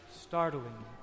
startling